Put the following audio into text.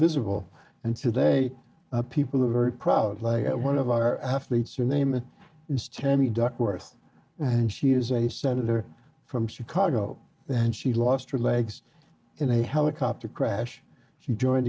invisible and today people are very proud like one of our athletes your name is terry duckworth and she is a senator from chicago and she lost her legs in a helicopter crash she joined